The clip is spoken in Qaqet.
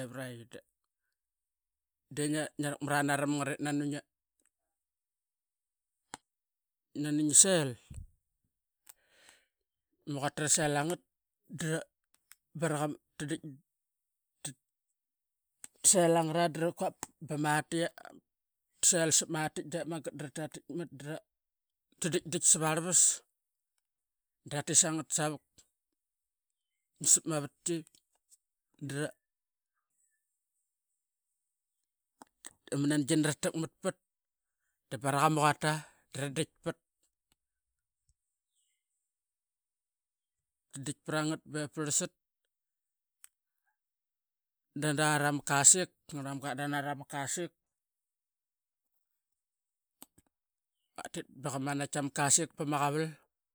evarai de ngia rakmara naram ngat it nani nani ngi sel. Maquqtara selangat dra mat selangara dra quap pamatiap dep magat dra tatitmat dep magat dra ditdit savarlvas dra tit sangat savuk sapma vatki dra ama nangina ta tak mat pat dabaraq ama quata dra ditpat be parlsat tatdan a rama kasik ma ngarl mamga qatdana rama kasik katit ba qa manait tama kasik pama qaval.